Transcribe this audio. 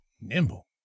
nimble